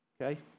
Okay